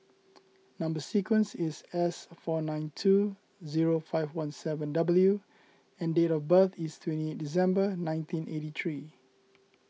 Number Sequence is S four nine two zero five one seven W and date of birth is twenty eight December nineteen eighty three